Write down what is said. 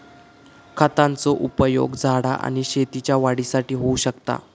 खतांचो उपयोग झाडा आणि शेतीच्या वाढीसाठी होऊ शकता